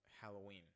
Halloween